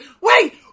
Wait